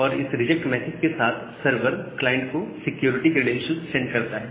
और इस reject message के साथ सर्वर क्लाइंट को सिक्योरिटी क्रेडेंशियल सेंड करता है